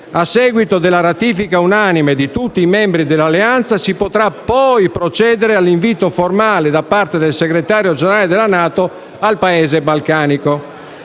A seguito della ratifica unanime di tutti i membri dell'Alleanza, si potrà poi procedere all'invito formale da parte del Segretario Generale della NATO al Paese balcanico.